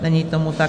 Není tomu tak.